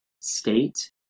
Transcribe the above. state